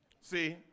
See